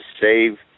save